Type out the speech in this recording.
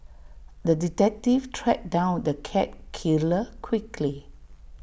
the detective tracked down the cat killer quickly